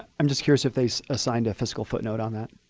i'm just curious if they assigned a fiscal footnote on that.